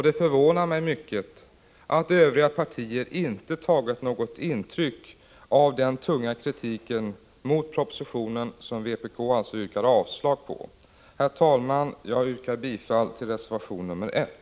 Det förvånar mig mycket att övriga partier inte tagit något intryck av den tunga kritiken mot propositionen, som vpk yrkar avslag på. Herr talman! Jag yrkar bifall till reservation 1.